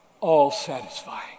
all-satisfying